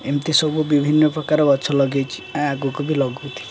ଏମିତି ସବୁ ବିଭିନ୍ନ ପ୍ରକାର ଗଛ ଲଗେଇଛି ଆଉ ଆଗକୁ ବି ଲଗାଉଥିବି